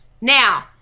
Now